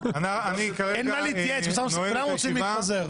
אני כרגע נועל את הישיבה.